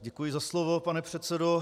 Děkuji za slovo, pane předsedo.